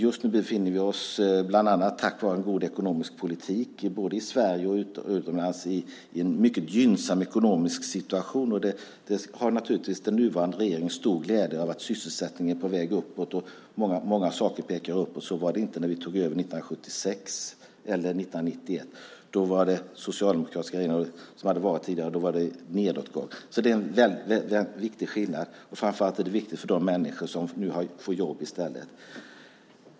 Just nu befinner vi oss, bland annat tack vare en god ekonomisk politik både i Sverige och utomlands, i en mycket gynnsam ekonomisk situation. Den nuvarande regeringen har naturligtvis stor glädje av att sysselsättningen är på väg uppåt och att många saker pekar uppåt. Så var det inte när vi tog över 1976 eller 1991. Då hade det varit socialdemokratiska regeringar tidigare, och det var nedgång. Det är en väldigt viktig skillnad. Framför allt är det viktigt för de människor som nu får jobb i stället.